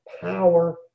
power